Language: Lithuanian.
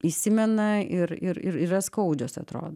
įsimena ir ir yra skaudžios atrodo